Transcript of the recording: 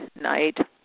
night